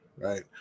Right